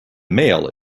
male